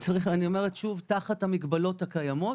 תחת המגבלות הקיימות,